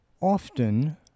often